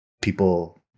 people